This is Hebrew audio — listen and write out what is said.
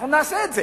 אנחנו נעשה את זה.